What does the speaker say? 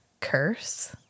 curse